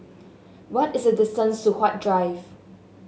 what is the distance to Huat Drive